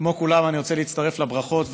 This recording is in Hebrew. כמו כולם אני רוצה להצטרף לברכות,